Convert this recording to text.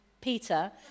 Peter